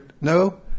no